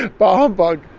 bah! humbug!